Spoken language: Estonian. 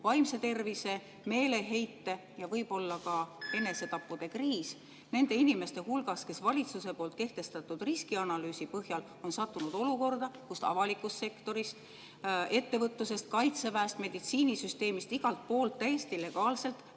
vaimse tervise, meeleheite ja võib-olla ka enesetappude kriis nende inimeste hulgas, kes valitsuse kehtestatud riskianalüüsi põhjal on sattunud olukorda, kus avalikust sektorist, ettevõtlusest, kaitseväest, meditsiinisüsteemist, igalt poolt täiesti legaalselt